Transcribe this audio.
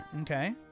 Okay